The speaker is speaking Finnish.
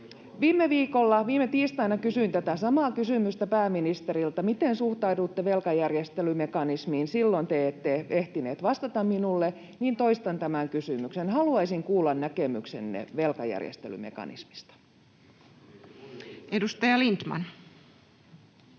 Viime viikon tiistaina kysyin tätä samaa kysymystä pääministeriltä: miten suhtaudutte velkajärjestelymekanismiin. Kun te silloin ette ehtinyt vastata minulle, niin toistan tämän kysymyksen. Haluaisin kuulla näkemyksenne velkajärjestelymekanismista. [Speech 71]